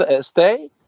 stay